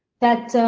that